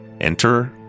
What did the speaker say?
Enter